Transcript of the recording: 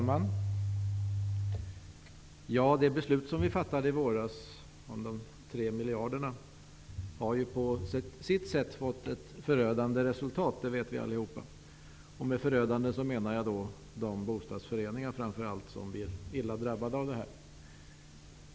Herr talman! Det beslut som vi fattade i våras om de tre miljarderna har på sitt sätt fått ett förödande resultat -- det vet vi alla -- framför allt då för de bostadsföreningar som blir illa drabbade.